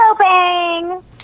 bang